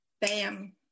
bam